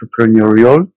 entrepreneurial